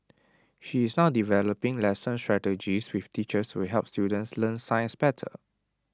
she is now developing lesson strategies with teachers to help students learn science better